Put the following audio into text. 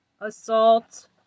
Assault